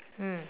mm